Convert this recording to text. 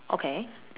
okay